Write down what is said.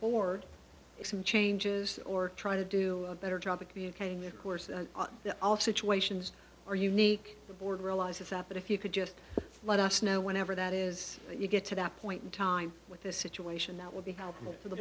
board some changes or try to do a better job of communicating their course the all situations are unique the board realizes that but if you could just let us know whenever that is and you get to that point in time with the situation that would be helpful for the